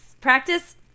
Practice